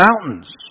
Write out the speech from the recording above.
mountains